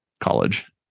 college